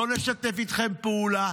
לא נשתף איתכם פעולה,